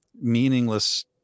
meaningless